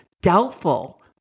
doubtful